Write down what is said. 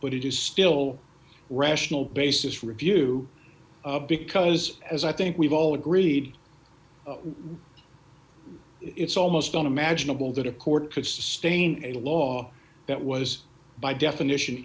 but it is still rational basis review because as i think we've all agreed it's almost unimaginable that a court could sustain a law that was by definition